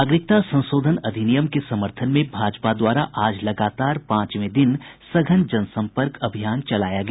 नागरिकता संशोधन अधिनियम के समर्थन में भाजपा द्वारा आज लगातार पांचवें दिन सघन जनसंपर्क अभियान चलाया गया